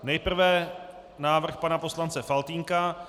Nejprve návrh pana poslance Faltýnka.